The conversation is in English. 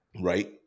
Right